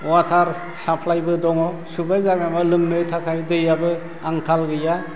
अवाटार साफ्लाइबो दङ सुबाइजारनाबो लोंनो थाखाय दैआबो आंखाल गैया